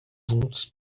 juntos